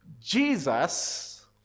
Jesus